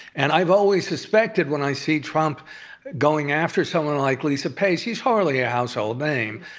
and i've always suspected when i see trump going after someone like lisa page. she's hardly a household name.